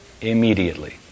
Immediately